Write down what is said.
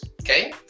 okay